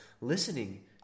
Listening